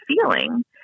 feeling